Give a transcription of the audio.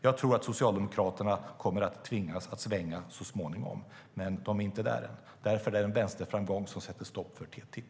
Jag tror att Socialdemokraterna kommer att tvingas att svänga så småningom, men de är inte där än. Därför är det en vänsterframgång som sätter stopp för TTIP.